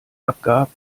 abgab